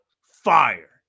fire